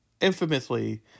infamously